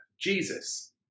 Jesus